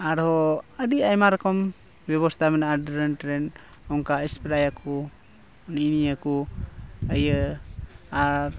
ᱟᱨᱦᱚᱸ ᱟᱹᱰᱤ ᱟᱭᱢᱟ ᱨᱚᱠᱚᱢ ᱵᱮᱵᱚᱥᱛᱟ ᱢᱮᱱᱟᱜᱼᱟ ᱰᱨᱮᱱ ᱴᱨᱮᱱ ᱚᱱᱠᱟ ᱥᱯᱨᱮᱭᱟᱠᱚ ᱱᱮᱜᱼᱮ ᱱᱤᱭᱟᱹ ᱠᱚ ᱤᱭᱟᱹ ᱟᱨ